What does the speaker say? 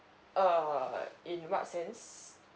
err in what sense